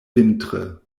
vintre